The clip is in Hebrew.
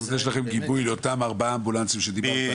זאת אומרת שיש לכם גיבוי לאותם ארבעה אמבולנסים שדיברת עליהם,